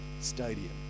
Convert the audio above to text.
stadium